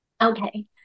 Okay